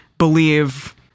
believe